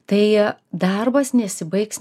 tai darbas nesibaigs